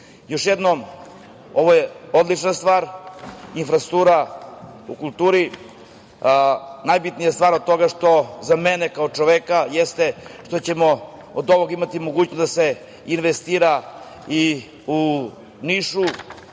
jednom, ovo je odlična stvar. Infrastruktura u kulturi, najbitnija stvar od toga što, za mene kao čoveka, jeste što ćemo od ovog imati mogućnost da se investira i u Nišu.